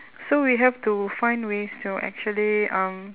so we have to find ways to actually um